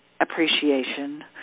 appreciation